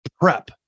prep